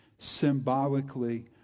symbolically